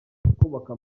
kubaka